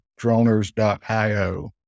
Droners.io